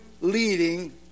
leading